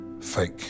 fake